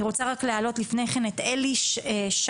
אני רוצה להעלות לפני כן את אלי שיש,